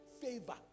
favor